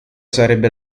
sarebbe